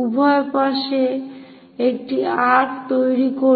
উভয় পাশে একটি আর্ক্ তৈরি করুন